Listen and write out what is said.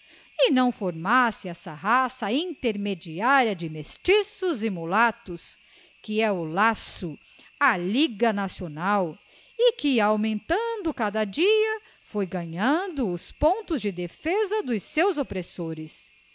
e não formasse essa raça intermediaria de mesticos e mulatos que é o laço a liga nacional e que augmentando cada dia foi ganhando os pontos de defesa dos seus oppressores